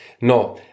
No